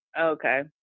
Okay